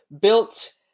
built